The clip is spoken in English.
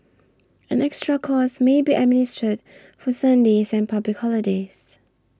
an extra cost may be administered for Sundays and public holidays